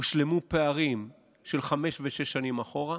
והושלמו פערים של חמש ושש שנים אחורה.